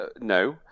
no